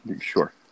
Sure